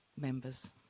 members